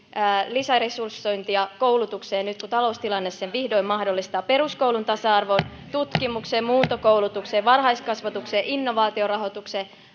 lisäresursointia koulutukseen nyt kun taloustilanne sen vihdoin mahdollistaa peruskoulun tasa arvoon tutkimukseen muuntokoulutukseen varhaiskasvatukseen innovaatiorahoitukseen